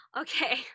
Okay